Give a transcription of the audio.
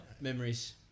Memories